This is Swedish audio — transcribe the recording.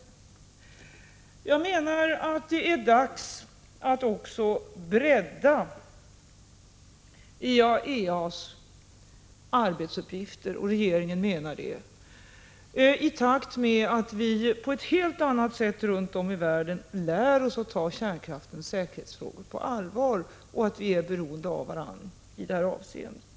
Regeringen menar att det är dags att också bredda IAEA:s arbetsuppgifter i takt med att vi runt om i världen på ett helt annat sätt lär oss att ta säkerhetsfrågorna i samband med kärnkraften på allvar. Vi är alla beroende av varandra i det avseendet.